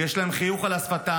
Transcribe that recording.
ויש להם חיוך על השפתיים,